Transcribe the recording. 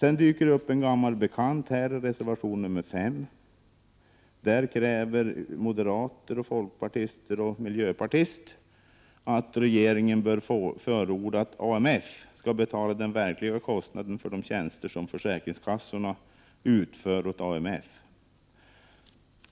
En gammal bekant dyker upp i reservation nr 5. Där kräver utskottets moderater och folkpartister att regeringen bör förorda att AMF skall betala den verkliga kostnaden för de tjänster som försäkringskassorna utför åt AMF.